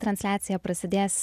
transliacija prasidės